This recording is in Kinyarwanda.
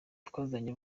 twazanye